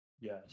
Yes